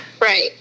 Right